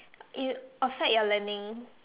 it outside your learning